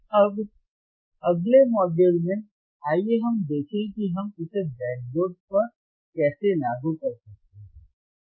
अब अगले मॉड्यूल में आइए हम देखें कि हम इसे ब्रेडबोर्ड पर कैसे लागू कर सकते हैं